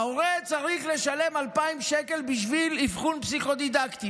ההורה צריך לשלם 2,000 שקל בשביל אבחון פסיכו-דידקטי.